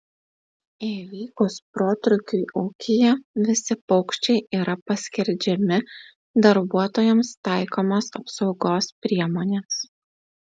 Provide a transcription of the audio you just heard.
įvykus protrūkiui ūkyje visi paukščiai yra paskerdžiami darbuotojams taikomos apsaugos priemonės